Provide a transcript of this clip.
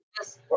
Yes